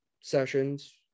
sessions